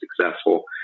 successful